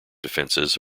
defenses